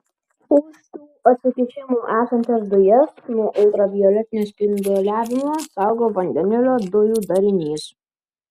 už šių atsikišimų esančias dujas nuo ultravioletinio spinduliavimo saugo vandenilio dujų darinys